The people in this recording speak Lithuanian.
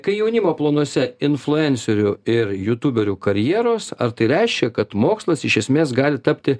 kai jaunimo planuose influencerių ir jutūberių karjeros ar tai reiškia kad mokslas iš esmės gali tapti